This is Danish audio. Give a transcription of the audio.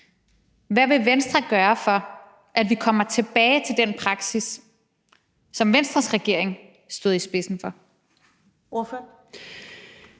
Hvad vil Venstre gøre, for at vi kommer tilbage til den praksis, som Venstres regering stod i spidsen for? Kl.